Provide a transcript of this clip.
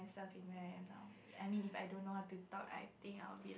myself in where I'm now I mean if I don't know how to talk right I think I will be